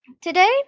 today